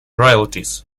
royalties